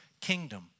kingdom